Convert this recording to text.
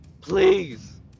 please